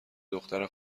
دختر